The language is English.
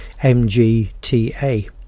MGTA